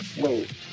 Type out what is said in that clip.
Wait